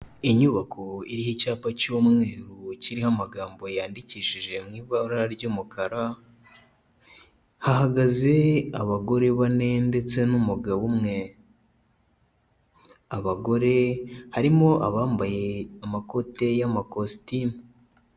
Inyubako iriho icyapa cy'umweru kiriho amagambo yandikishije mu ibara ry'umukara, hahagaze abagore bane ndetse n'umugabo umwe, abagore harimo abambaye amakote y'amakositimu.